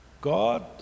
God